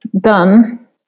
done